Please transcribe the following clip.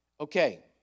Okay